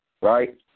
right